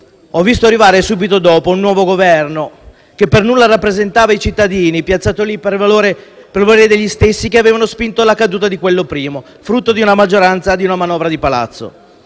Ho visto arrivare subito dopo un nuovo Governo che per nulla rappresentava i cittadini, piazzato lì per volere degli stessi che avevano spinto per la caduta di quello prima, frutto di una manovra di palazzo.